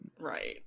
right